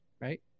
right